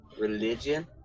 Religion